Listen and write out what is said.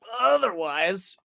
otherwise